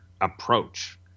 approach